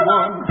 one